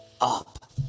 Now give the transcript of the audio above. up